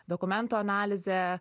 dokumentų analizė